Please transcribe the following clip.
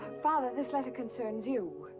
father, this letter concerns you.